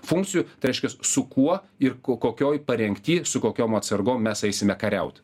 funkcijų tai reiškias su kuo ir ko kokioj parengty su kokiom atsargom mes eisime kariaut